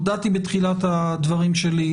הודעתי בתחילת הדברים שלי,